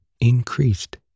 increased